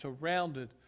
surrounded